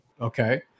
Okay